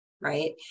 right